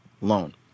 loan